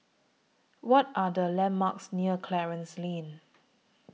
What Are The landmarks near Clarence Lane